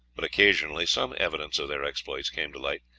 but occasionally some evidence of their exploits came to light,